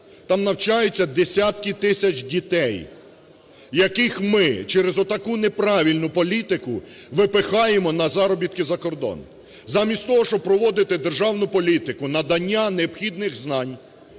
Там навчаються десятки тисяч дітей, яких ми через отаку неправильну політику випихаємо на заробітки за кордон. Замість того, щоб проводити державну політику, надання необхідних знань